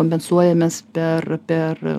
kompensuojamės per per